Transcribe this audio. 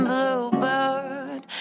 Bluebird